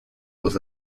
was